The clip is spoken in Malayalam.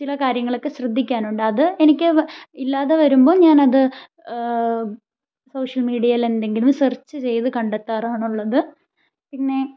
ചില കാര്യങ്ങളൊക്കെ ശ്രദ്ധിക്കാനുണ്ട് അത് എനിക്ക് ഇല്ലാതെ വരുമ്പോൾ ഞാനത് സോഷ്യൽ മീഡിയയിൽ എന്തെങ്കിലും സെർച്ച് ചെയ്ത് കണ്ടെത്താറാണ് ഉള്ളത് പിന്നെ